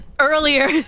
earlier